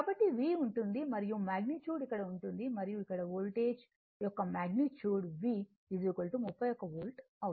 కాబట్టి V ఉంటుంది మరియు మాగ్నిట్యూడ్ ఇక్కడ ఉంటుంది మరియు ఇక్కడ వోల్టేజ్ యొక్క మాగ్నిట్యూడ్ V 31 వోల్ట్అవుతుంది